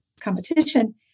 competition